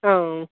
ஆ